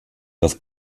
das